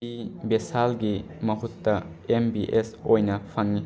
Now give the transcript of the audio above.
B ꯕꯤꯁꯥꯜꯒꯤ ꯃꯍꯨꯠꯇ M B S ꯑꯣꯏꯅ ꯐꯪꯉꯤ